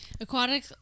Aquatic